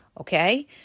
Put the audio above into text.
Okay